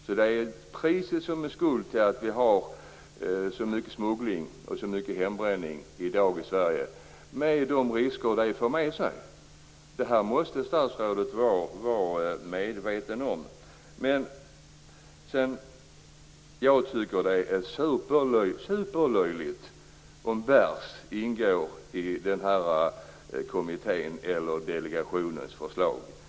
Priset är alltså skulden till att vi har så mycket smuggling och så mycket hembränning i Sverige i dag, med de risker det för med sig. Det måste statsrådet vara medveten om. Jag tycker att det är superlöjligt om förslaget att ta bort ordet "bärs" ingår i den här kommitténs förslag.